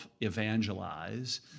evangelize